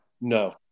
no